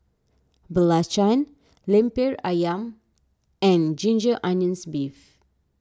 Belacan Lemper Ayam and Ginger Onions Beef